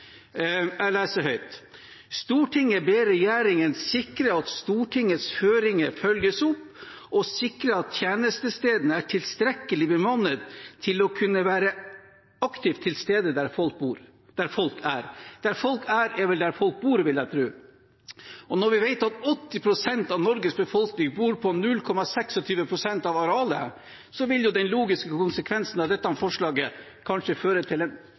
ber regjeringen sikre at Stortingets føringer følges opp og sikre at tjenestestedene er tilstrekkelig bemannet til å kunne være aktivt til stede der folk er.» «Der folk er» er vel der folk bor, vil jeg tro. Når vi vet at 80 pst. av Norges befolkning bor på 0,26 pst. av arealet, vil den logiske konsekvensen av dette forslaget kanskje være at det fører til en